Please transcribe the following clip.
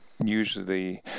usually